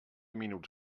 minuts